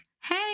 Hey